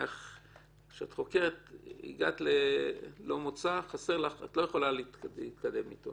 שאת חוקרת הגעת ללא מוצא, את לא יכולה להתקדם אתו.